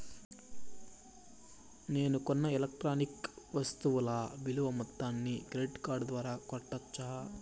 నేను కొన్న ఎలక్ట్రానిక్ వస్తువుల విలువ మొత్తాన్ని క్రెడిట్ కార్డు ద్వారా కట్టొచ్చా?